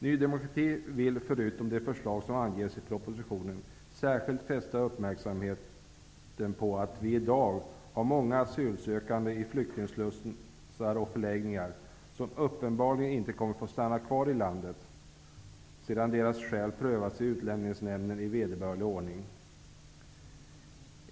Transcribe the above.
Ny demokrati vill förutom de förslag som anges i propositionen särskilt fästa uppmärksamheten på att vi i dag har många asylsökande i flyktingslussar och förläggningar som uppenbarligen inte kommer att få stanna kvar här i landet sedan deras skäl prövats i utlänningsnämnden i vederbörlig ordning.